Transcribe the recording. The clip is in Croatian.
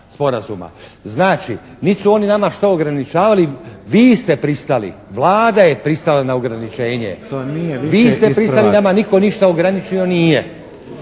Znači, niti su oni nama što ograničavali. Vi ste pristali. Vlada je pristala na ograničenje. … /Upadica: To nije više